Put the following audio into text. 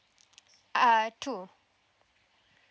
uh two